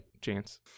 chance